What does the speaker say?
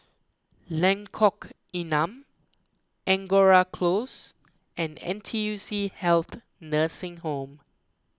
Lengkong Enam Angora Close and N T U C Health Nursing Home